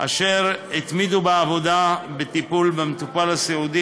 אשר התמידו בעבודה בטיפול במטופל סיעודי